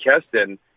Keston